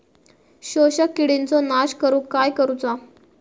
शोषक किडींचो नाश करूक काय करुचा?